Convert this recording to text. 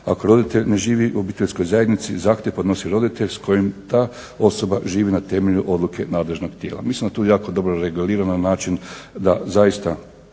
Ako roditelj ne živi u obiteljskoj zajednici zahtjev podnosi roditelj s kojim ta osoba živi na temelju odluke nadležnog tijela. Mislim da je to jako dobro regulirano na način da zaista